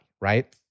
right